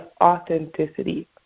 authenticity